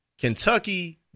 Kentucky